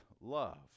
love